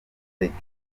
reggae